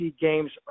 games